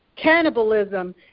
cannibalism